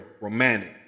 romantic